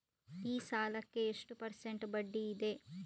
ಈ ಸಾಲಕ್ಕೆ ಎಷ್ಟು ಪರ್ಸೆಂಟ್ ಬಡ್ಡಿ ಇದೆ?